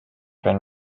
been